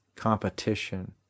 Competition